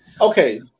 Okay